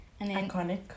Iconic